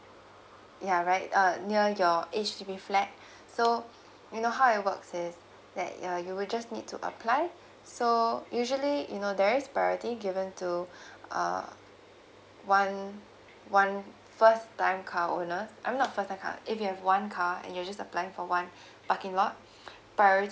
ya right uh near your H_D_B flat so you know how it works is that uh you will just need to apply so usually you know there is priority given to uh one one first time car owner uh not for the other car if you have one car and you are just applying for one parking lot priority